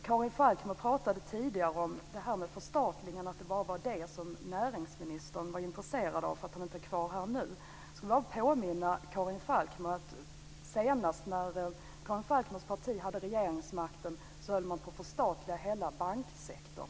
Karin Falkmer pratade tidigare om det här med förstatligande och att det bara var det som näringsministern var intresserad av. Han är inte kvar här nu. Jag skulle bara vilja påminna Karin Falkmer om att när Karin Falkmers parti senast hade regeringsmakten höll man på att förstatliga hela banksektorn.